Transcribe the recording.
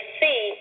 see